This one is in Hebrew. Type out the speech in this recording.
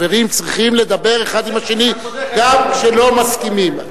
חברים, צריכים לדבר אחד עם השני, גם כשלא מסכימים.